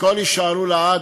יישארו לעד,